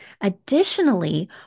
Additionally